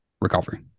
recovery